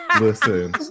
listen